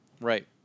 Right